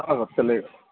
ہاں سر چلے گا